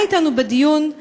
היה אתנו בדיון,